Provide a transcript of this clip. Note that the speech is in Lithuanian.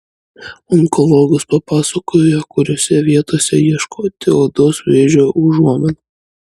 onkologas papasakojo kuriose vietose ieškoti odos vėžio užuominų